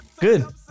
Good